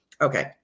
Okay